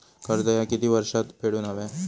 कर्ज ह्या किती वर्षात फेडून हव्या?